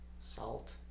salt